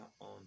on